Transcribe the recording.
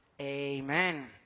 Amen